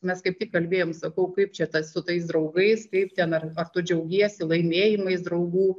mes kaip tik kalbėjom sakau kaip čia tas su tais draugais kaip ten ar ar tu džiaugiesi laimėjimais draugų